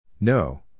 No